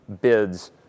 bids